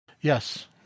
Yes